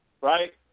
right